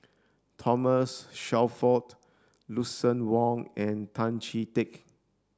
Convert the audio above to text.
Thomas Shelford Lucien Wang and Tan Chee Teck